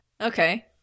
okay